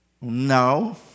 No